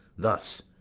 thus,